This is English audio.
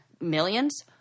millions